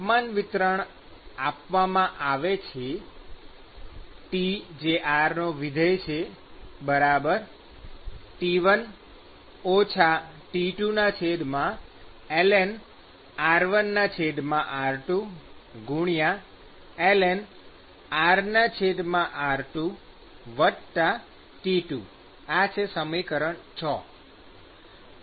તાપમાન વિતરણ આપવામાં આવે છે TrT1 T2ln r1r2 ln rr2 T2 ૬ હવે આપણે શું કરવું જોઈએ